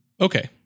Okay